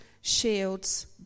shields